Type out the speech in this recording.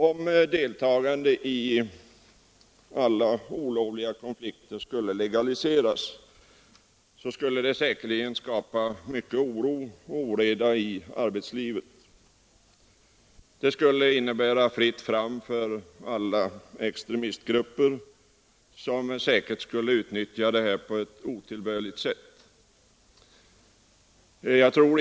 Om deltagande i alla olovliga konflikter legaliserades skulle det säkerligen skapa mycket oro och oreda i arbetslivet. Det skulle innebära fritt fram för alla extremistgrupper, som säkert skulle utnyttja detta på ett otillbörligt sätt.